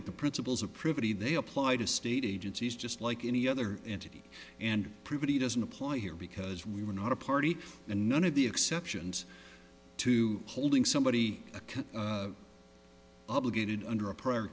at the principles of privity they apply to state agencies just like any other entity and pretty doesn't apply here because we were not a party and none of the exceptions to holding somebody's account obligated under a prior